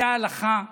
זו ההלכה.